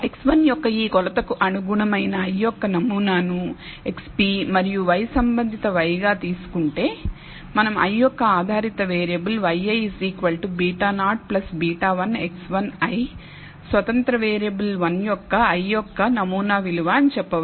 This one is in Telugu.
x1 యొక్క ఈ కొలతకు అనుగుణమైన i యొక్క నమూనాను xp మరియు y సంబంధిత y గా తీసుకుంటే మనం i యొక్క ఆధారిత వేరియబుల్ yi β0 β1 x1 i స్వతంత్ర వేరియబుల్ 1 యొక్క i యొక్క నమూనా విలువ అని చెప్పవచ్చు